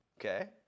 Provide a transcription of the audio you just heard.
Okay